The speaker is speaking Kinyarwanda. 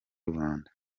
rubanda